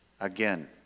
Again